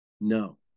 No